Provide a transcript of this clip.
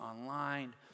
online